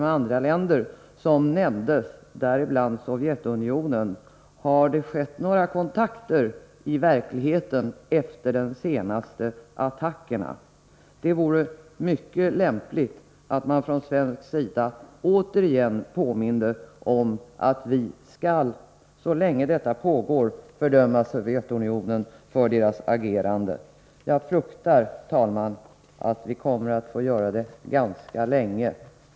Jag skulle då naturligtvis gärna vilja veta om det i verkligheten har skett några kontakter efter de senaste attackerna. Det vore mycket lämpligt att man från svensk sida återigen påminde om att vi, så länge dessa övergrepp pågår i Afghanistan, skall fördöma Sovjetunionen för dess agerande. Jag fruktar, herr talman, att vi kommer att få göra det ganska länge.